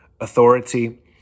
authority